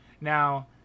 Now